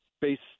based